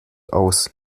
aus